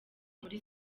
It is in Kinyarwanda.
muri